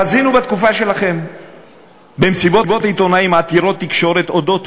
חזינו בתקופה שלכם במסיבות עיתונאים עתירות תקשורת על אודות